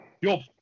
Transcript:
Yo